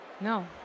No